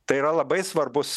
tai yra labai svarbus